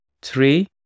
three